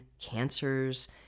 cancers